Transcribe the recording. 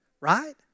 right